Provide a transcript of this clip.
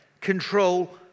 control